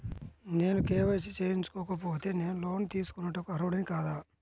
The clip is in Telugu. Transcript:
నేను కే.వై.సి చేయించుకోకపోతే నేను లోన్ తీసుకొనుటకు అర్హుడని కాదా?